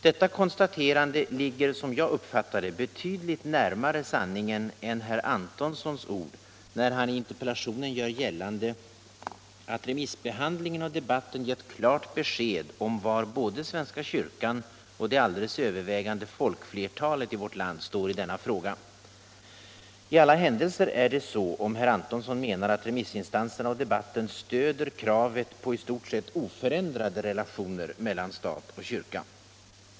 Detta konstaterande ligger som jag uppfattar det betydligt närmare sanningen än herr Antonssons ord, när han i interpellationen gör gällande att remissbehandlingen och debatten gett 207 klart besked om var både svenska kyrkan och det alldeles övervägande folkflertalet i vårt land står i denna fråga. I alla händelser är det så om herr Antonsson menar att remissinstanserna och debatten stöder kravet på i stort sett oförändrade relationer mellan stat och kyrka.